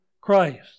Christ